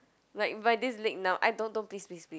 like my this leg numb I don't don't please please please